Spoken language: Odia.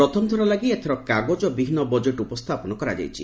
ପ୍ରଥମଥର ଲାଗି ଏଥର କାଗଜବିହୀନ ବଜେଟ୍ ଉପସ୍ଥାପନ କରାଯାଇଛି